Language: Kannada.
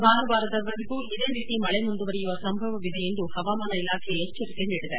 ಭಾನುವಾರದವರೆಗೂ ಇದೇ ರೀತಿ ಮಳೆ ಮುಂದುವರೆಯುವ ಸಂಭವವಿದೆ ಎಂದು ಹವಾಮಾನ ಇಲಾಖೆ ಎಚ್ಚರಿಕೆ ನೀಡಿದೆ